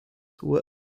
were